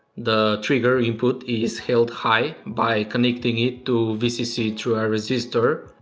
the trigger input is held high by connecting it to vcc through a resistor.